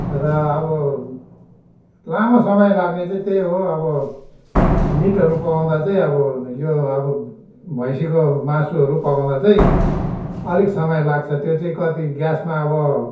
र अब लामो समय लाग्ने चाहिँ त्यही हो अब मिटहरू पकाउँदा चाहिँ अब यो अब भैँसीको मासुहरू पकाउँदा चाहिँ अलिक समय लाग्छ त्यो चाहिँ कति ग्यासमा अब